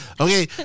Okay